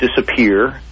disappear